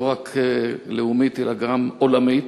לא רק לאומית אלא גם עולמית,